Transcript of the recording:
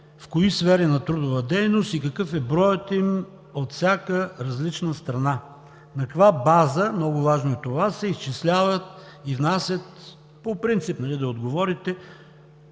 в кои сфери на трудова дейност и какъв е броят им от всяка различна страна? На каква база – много важно е това – се изчисляват и внасят, по принцип да отговорите,